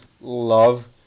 love